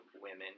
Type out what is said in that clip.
women